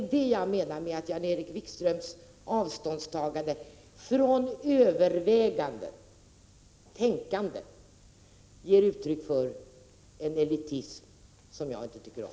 Jan-Erik Wikströms avståndstagande från övervägande, från tänkande, ger uttryck för en elitism som jag inte tycker om.